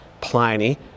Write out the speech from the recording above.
Pliny